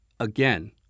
Again